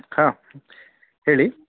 ಹಾಂ ಹೇಳಿ